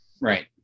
Right